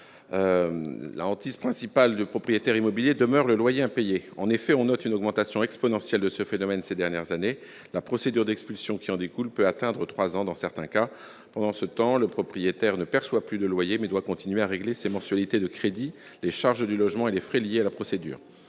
La principale hantise du propriétaire immobilier demeure le loyer impayé. En effet, on note une augmentation exponentielle de ce phénomène ces dernières années. Dans certains cas, la procédure d'expulsion qui en découle peut n'aboutir que trois ans plus tard. Pendant ce temps, le propriétaire ne perçoit plus de loyer, mais doit continuer à régler ses mensualités de crédit, les charges du logement et les frais liés à la procédure.